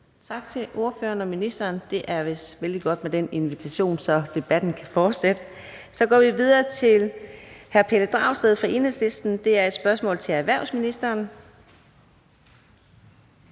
Tak til spørgeren og ministeren. Det er vist vældig godt med den invitation, så debatten kan fortsætte. Så går vi videre til hr. Pelle Dragsted fra Enhedslisten. Det er et spørgsmål til erhvervsministeren.